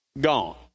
gone